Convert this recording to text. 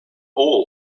all